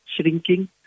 shrinking